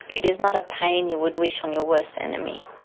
it is not a pain you would wish on your worst enemy.